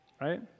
Right